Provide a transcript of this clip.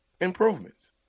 Improvements